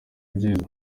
byiza